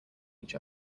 each